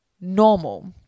normal